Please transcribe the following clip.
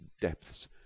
depths